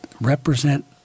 represent